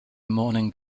morning